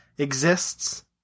exists